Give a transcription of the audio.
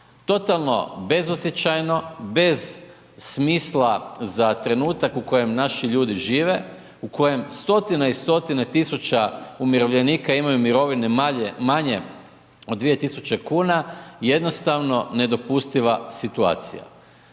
Totalno bezosjećajno, bez smisla za trenutak u kojem naši ljudi žive u kojem stotine i stotine tisuća umirovljenika imaju mirovine manje od 2 tisuće kuna, jednostavno nedopustiva situacija.